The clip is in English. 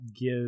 give